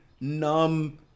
numb